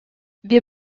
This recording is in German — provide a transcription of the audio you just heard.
wir